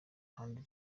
ahandi